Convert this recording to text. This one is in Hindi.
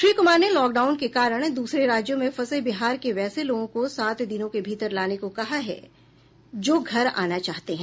श्री कुमार ने लॉकडाउन के कारण दूसरे राज्यों में फंसे बिहार के वैसे लोगों को सात दिनों के भीतर लाने को कहा है जो घर आना चाहते हैं